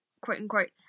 quote-unquote